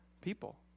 people